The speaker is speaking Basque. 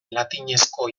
latinezko